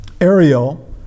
Ariel